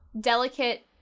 Delicate